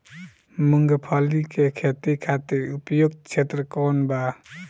मूँगफली के खेती खातिर उपयुक्त क्षेत्र कौन वा?